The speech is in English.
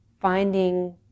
finding